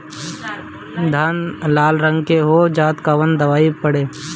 धान लाल रंग के हो जाता कवन दवाई पढ़े?